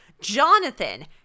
Jonathan